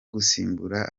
gusimbura